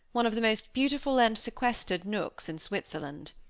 one of the most beautiful and sequestered nooks in switzerland.